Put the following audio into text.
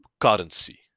currency